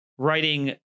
writing